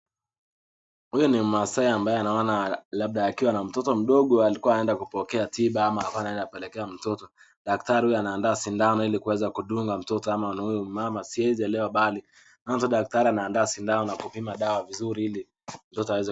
Huyu ni maasai ambaye naona labda akiwa na mtoto mdogo alikuwa anaenda kupokea tiba ama alikuwa anaenda kupelekea mtoto, daktari huyu anaanda sindano ili kudunga mtoto ama ni huyu mama, siwezi elewa bali mwanzo daktari anaandaa sindano kupima dawa vizuri ili mtoto aweze...